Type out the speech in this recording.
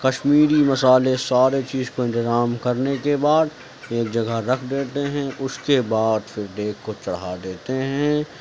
کشمیری مسالے سارے چیز کو انتظام کرنے کے بعد ایک جگہ رکھ دیتے ہیں اس کے بعد پھر دیگ کو چڑھا دیتے ہیں